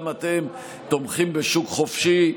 גם אתם תומכים בשוק חופשי,